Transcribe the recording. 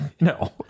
No